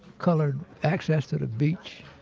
colored access to the beach,